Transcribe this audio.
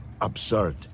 absurd